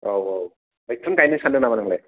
औ औ मैखुन गायनो सानदों नामा नोंलाय